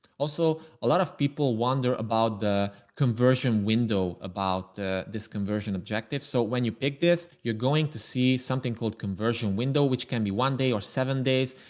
also, a lot of people wonder about the conversion window, about this conversion objective. so when you pick this, you're going to see something called conversion window, which can be one day or seven days.